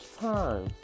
time